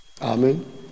Amen